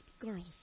girls